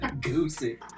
Goosey